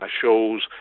shows